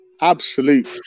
absolute